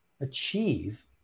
achieve